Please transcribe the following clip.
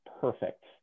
perfect